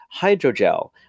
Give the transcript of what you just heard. hydrogel